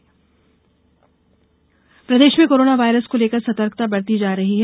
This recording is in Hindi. कोरोना जिले प्रदेश में कोरोना वायरस को लेकर सतर्कता बरती जा रही है